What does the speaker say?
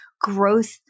growth